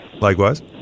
Likewise